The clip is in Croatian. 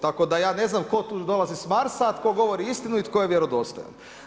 Tako da ja ne znam tko tu dolazi s Marsa a tko govori istinu i tko je vjerodostojan.